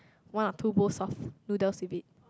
one or two bowls of noodles with it